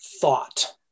thought